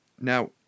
Now